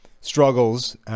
struggles